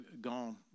gone